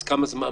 אז כמה זמן?